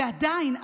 ועדיין,